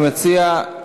אני מציע,